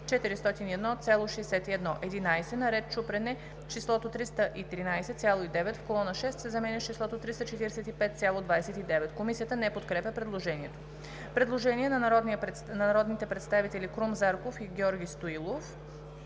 „401,61“. 11. на ред Чупрене числото „313,9“ в колона 6 се заменя с числото „345,29“.“ Комисията не подкрепя предложението. Предложение на народните представители Крум Зарков и Георги Стоилов: